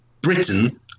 Britain